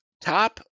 Top